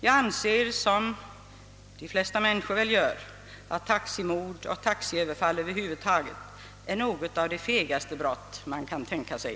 Jag anser — och det gör väl de flesta människor — att taximord och taxiöverfall tillhör de fegaste brott man kan tänka sig.